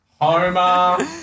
Homer